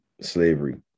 slavery